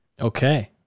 Okay